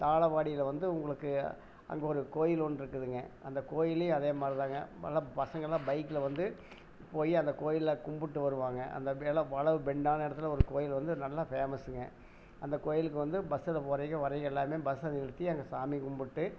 தாளவாடியில வந்து உங்களுக்கு அங்கே ஒரு கோயில் ஒன்று இருக்குதுங்க அந்த கோயில்லையும் அதே மாதிரி தாங்க நல்லா பசங்களாம் பைக்கில் வந்து போய் அந்த கோயிலில் கும்பிட்டு வருவாங்க அந்த மேலே வளைவு பெண்டான இடத்துல ஒரு கோயில் வந்து நல்லா ஃபேமஸுங்க அந்த கோயிலுக்கு வந்து பஸ்ஸில் போகறவிங்க வர்றவிங்க எல்லாமே பஸ்ஸை நிறுத்தி அங்கே சாமி கும்பிட்டு